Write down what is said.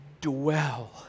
dwell